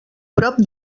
prop